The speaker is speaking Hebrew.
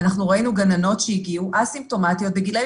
ראינו גננות שהגיעו אסימפטומטיות בגילאים